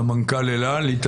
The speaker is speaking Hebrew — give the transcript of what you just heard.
סמנכ"ל אל על.